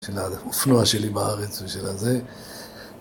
של האופנוע שלי בארץ ושל הזה